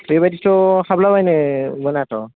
बेबायदिथ' हाबला बायनो मोनाथ'